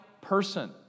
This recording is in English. person